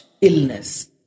illness